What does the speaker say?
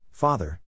Father